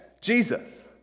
Jesus